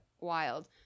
wild